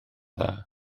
dda